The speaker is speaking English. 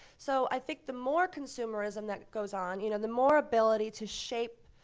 so i think the more consumerism that goes on, you know, the more ability to shape,